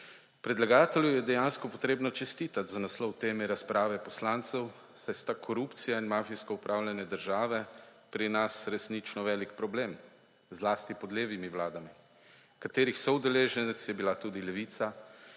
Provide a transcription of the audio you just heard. Predlagatelju je dejansko potrebno čestitati za naslov teme razprave poslancev, saj sta korupcija in mafijsko upravljanje države pri nas resnično velik problem – zlasti pod levimi vladami, katerih soudeleženec je bila tudi Levica.